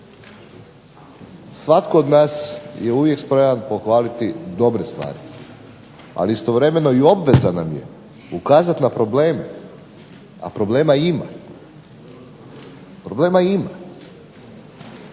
Svatko od nas je uvijek spreman pohvaliti dobre stvari, ali istovremeno i obveza nam je ukazat na probleme, a problema ima. Pomoći